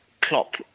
Klopp